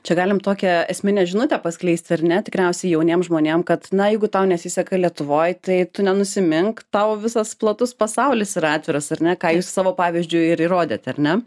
čia galim tokią esminę žinutę paskleisti ar ne tikriausiai jauniem žmonėm kad na jeigu tau nesiseka lietuvoj tai tu nenusimink tau visas platus pasaulis yra atviras ar ne ką jūs savo pavyzdžiu ir įrodėt ar ne